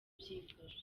byifashe